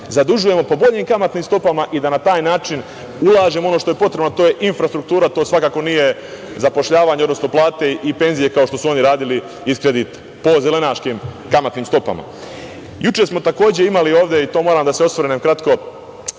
zadužujemo po boljim kamatnim stopama i da na taj način ulažemo u ono što je potrebno, a to je infrastruktura. To svakako nije zapošljavanje, odnosno plate i penzije kao što su oni radili iz kredita, po zelenaškim kamatnim stopama. Juče smo takođe imali ovde, i to moram da se osvrnem na kratko,